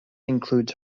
includes